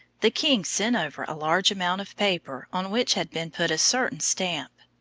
the king sent over a large amount of paper on which had been put a certain stamp.